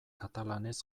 katalanez